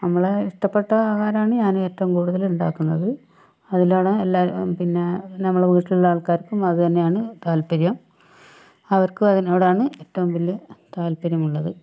നമ്മൾ ഇഷ്ടപ്പെട്ട ആഹാരമാണ് ഞാൻ ഏറ്റവും കൂടുതൽ ഉണ്ടാക്കുന്നത് അതിലാണ് എല്ലാവരും പിന്നെ നമ്മളെ വീട്ടിലുള്ള ആൾക്കാർക്കും അതു തന്നെയാണ് താൽപര്യം അവർക്കും അതിനോടാണ് ഏറ്റവും വലിയ താൽപ്പര്യമുള്ളത്